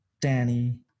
Danny